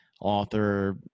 Author